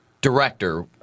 director